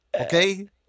Okay